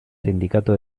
sindicato